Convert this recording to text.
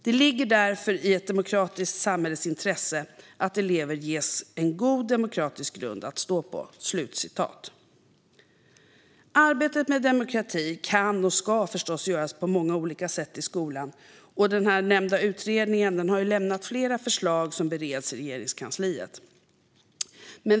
Det ligger därför i ett demokratiskt samhälles intresse att elever ges en god demokratisk grund att stå på." Arbetet med demokrati kan och ska förstås göras på många olika sätt i skolan. Den nämnda utredningen har lämnat flera förslag som bereds i Regeringskansliet.